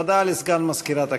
הודעה לסגן מזכירת הכנסת.